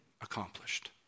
accomplished